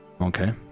okay